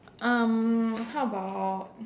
um how about